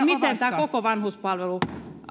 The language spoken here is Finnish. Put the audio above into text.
miten tämä koko vanhuspalvelu